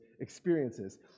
experiences